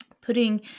putting